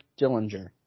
Dillinger